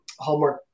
Hallmark